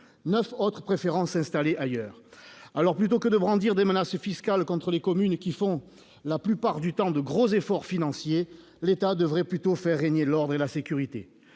autres préférant s'installer ailleurs. Alors, plutôt que de brandir des menaces fiscales contre des communes qui font, la plupart du temps, de gros efforts financiers, l'État devrait faire régner l'ordre et la sécurité.